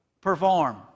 perform